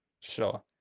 Sure